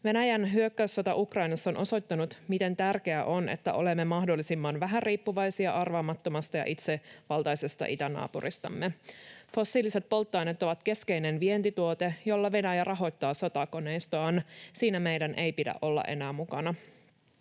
Venäjän hyökkäyssota Ukrainassa on osoittanut, miten tärkeää on, että olemme mahdollisimman vähän riippuvaisia arvaamattomasta ja itsevaltaisesta itänaapuristamme. Fossiiliset polttoaineet ovat keskeinen vientituote, jolla Venäjä rahoittaa sotakoneistoaan. Siinä meidän ei pidä olla enää mukana.